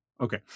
Okay